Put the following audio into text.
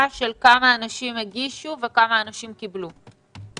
לגבי כמה אנשים הגישו וכמה אנשים קיבלו.